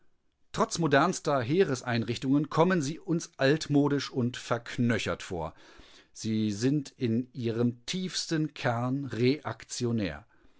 trotz modernster heereseinrichtungen kommen sie uns altmodisch und verknöchert vor sie sind in ihrem tiefsten kern reaktionär